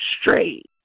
straight